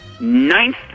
ninth